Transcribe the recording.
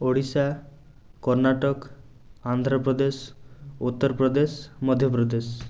Odisha Karnataka Andhra Pradesh Uttar Pradesh Madhya Pradesh